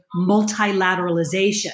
Multilateralization